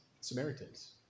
Samaritans